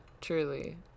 truly